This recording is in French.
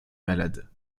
malades